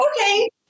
okay